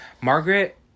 Margaret